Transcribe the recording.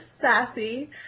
sassy